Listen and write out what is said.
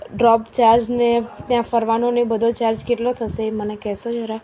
drop ચાર્જને ત્યાં ફરવાનોને એ બધો ચાર્જ કેટલો થશે એ મને કહેશો જરા